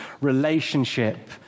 relationship